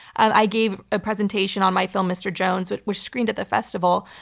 i gave a presentation on my film, mr. jones, which which screened at the festival,